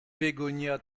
bégonia